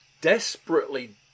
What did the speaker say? Desperately